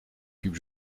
cubes